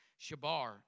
Shabar